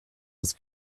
des